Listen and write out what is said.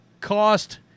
cost